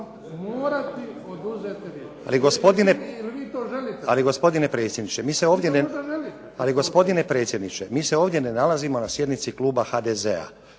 Nenad (SDP)** Ali gospodine predsjedniče, mi se ovdje ne nalazimo na sjednici kluba HDZ-a,